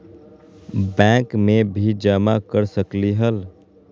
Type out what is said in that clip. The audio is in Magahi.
बैंक में भी जमा कर सकलीहल?